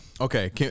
Okay